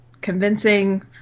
convincing